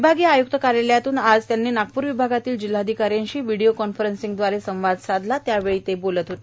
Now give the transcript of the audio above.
विभागीय आयुक्त कार्यालयातून आज त्यांनी नागपूर विभागातील जिल्हाधिकाऱ्यांशी व्हिडीओ कॉन्फरन्सद्वारे संवाद साधला त्यावेळी ते बोलत होते